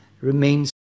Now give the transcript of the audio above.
remains